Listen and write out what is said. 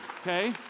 okay